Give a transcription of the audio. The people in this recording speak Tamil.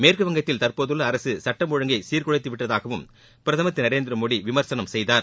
மேற்குவங்கத்தில் தற்போதுள்ள அரசு சட்டம் ஒழுங்கை சீர்குலைத்துவிட்டதாகவும் பிரதமர் திரு நரேந்திரமோடி விமர்சனம் செய்தார்